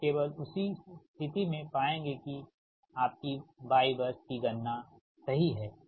फिर केवल उसी स्थिति में पाएंगे कि आपकी Y बस की गणना सही है